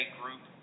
group